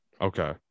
Okay